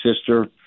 sister